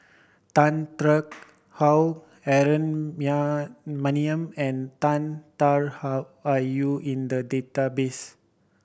Tan Tarn How Aaron Maniam and Tan Tarn How are you in the database